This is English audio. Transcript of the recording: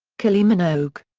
kylie minogue.